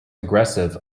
aggressive